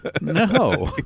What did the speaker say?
no